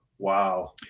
wow